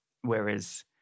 whereas